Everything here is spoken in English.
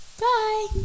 bye